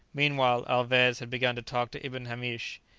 meanwhile, alvez had begun to talk to ibn hamish.